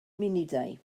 munudau